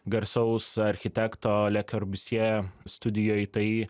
garsaus architekto liu korbiuzjė studijoj tai